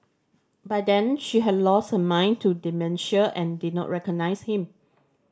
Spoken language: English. by then she had lost her mind to dementia and did not recognise him